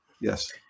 Yes